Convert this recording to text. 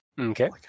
Okay